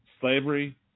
slavery